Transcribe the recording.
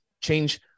change